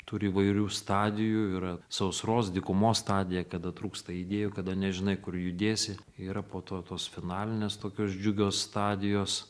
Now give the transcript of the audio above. turi įvairių stadijų yra sausros dykumos stadija kada trūksta idėjų kada nežinai kur judėsi yra po to tos finalinės tokios džiugios stadijos